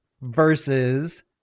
versus